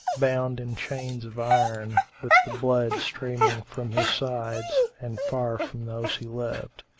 bound in chains of iron, with the blood streaming from his sides and far from those he loved.